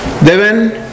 Deben